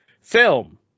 film